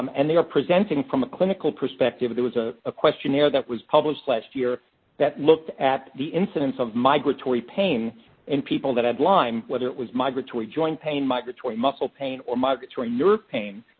um and they are presenting, from a clinical perspective. there was ah a questionnaire that was published last year that looked at the incidence of migratory pain in people that had lyme, whether it was migratory joint pain, pain, migratory muscle pain, or migratory nerve pain,